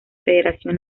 federación